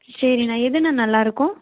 சரிண்ணா எதுண்ணா நல்லாயிருக்கும்